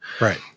right